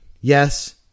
yes